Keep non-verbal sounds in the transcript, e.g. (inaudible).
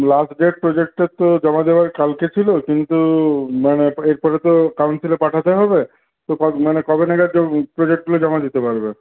last date প্রজেক্টের তো জমা দেওয়ার কালকে ছিল কিন্তু মানে এর পরে তো কাউন্সিলে পাঠাতে হবে তো (unintelligible) মানে কবে নাগাদ (unintelligible) প্রজেক্টগুলো জমা দিতে পারবে